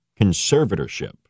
conservatorship